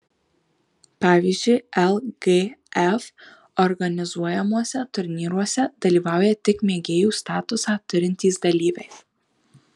pavyzdžiui lgf organizuojamuose turnyruose dalyvauja tik mėgėjų statusą turintys dalyviai